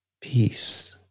peace